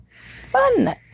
Fun